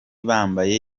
bambaye